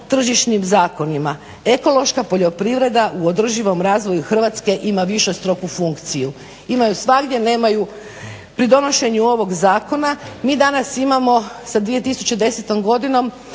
tržišnim zakonima. Ekološka poljoprivreda u održivom razvoju Hrvatske ima višestruku funkciju, ima ju svagdje, nema ju. Pri donošenju ovog zakona mi danas imamo sa 2010. godinom